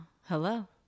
Hello